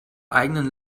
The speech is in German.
eigenen